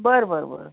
बरं बरं बरं